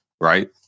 right